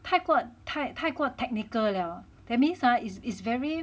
太过太太过 technical liao that means ah is is very